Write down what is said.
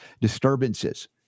disturbances